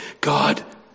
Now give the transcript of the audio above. God